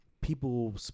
People